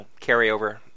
carryover